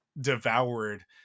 devoured